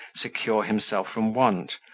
secure himself from want,